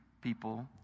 people